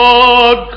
God